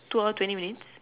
two hour twenty minutes